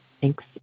thanks